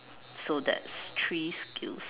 so that's three skills